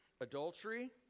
adultery